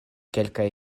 kelkaj